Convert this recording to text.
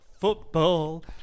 Football